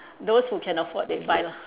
those who can afford they buy lah